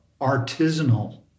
artisanal